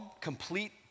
complete